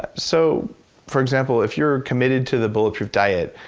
ah so for example, if you're committed to the bulletproof diet,